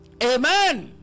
Amen